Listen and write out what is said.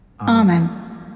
Amen